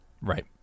Right